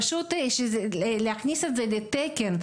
צריך להכניס את זה לתקן,